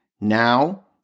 now